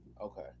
okay